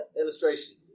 illustration